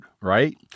right